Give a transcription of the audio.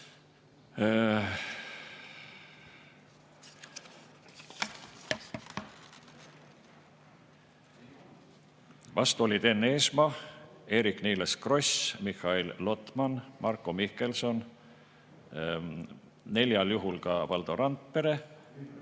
Vastu olid Enn Eesmaa, Eerik-Niiles Kross, Mihhail Lotman, Marko Mihkelson, neljal juhul ka Valdo Randpere.